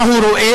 מה הוא רואה